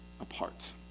apart